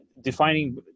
defining